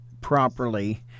properly